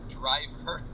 driver